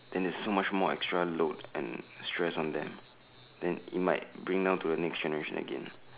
then there's so much more extra load and stress on them then it might bring down to the next generation again